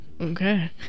okay